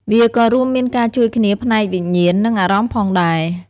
វាក៏រួមមានការជួយគ្នាផ្នែកវិញ្ញាណ និងអារម្មណ៍ផងដែរ។